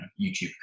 YouTube